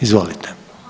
Izvolite.